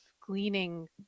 gleaning